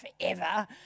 forever